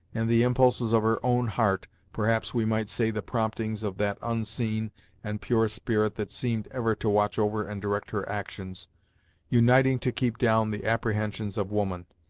and the impulses of her own heart perhaps we might say the promptings of that unseen and pure spirit that seemed ever to watch over and direct her actions uniting to keep down the apprehensions of woman,